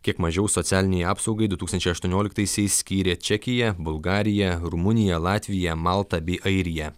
kiek mažiau socialinei apsaugai du tūkstančiai aštuonioliktaisiais skyrė čekija bulgarija rumunija latvija malta bei airija